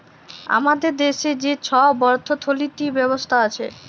আমাদের দ্যাশে যে ছব অথ্থলিতি ব্যবস্থা আছে